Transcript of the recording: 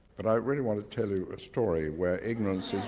but i really want to tell you a story where ignorance